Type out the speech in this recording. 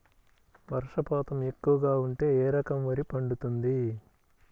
వర్షపాతం ఎక్కువగా ఉంటే ఏ రకం వరి పండుతుంది?